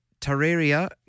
Terraria